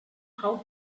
how